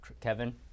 Kevin